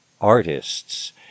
artists